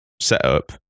setup